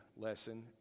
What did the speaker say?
lesson